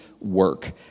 work